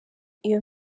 iyo